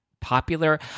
popular